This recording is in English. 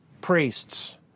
priests